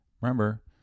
Remember